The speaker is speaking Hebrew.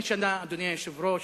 אדוני היושב-ראש,